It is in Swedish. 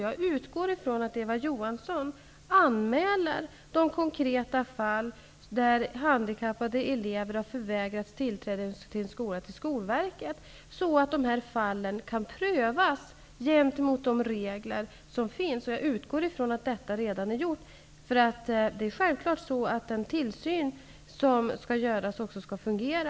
Jag utgår ifrån att Eva Johansson anmäler de konkreta fall där handikappade elever har förvägrats tillträde till en skola till Skolverket, så att dessa fall kan prövas enligt de regler som finns. Jag utgår ifrån att så redan har skett. Den tillsyn som skall göras skall självfallet också fungera.